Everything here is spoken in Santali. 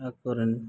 ᱟᱠᱚ ᱨᱮᱱ